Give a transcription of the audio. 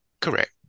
Correct